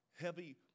heavy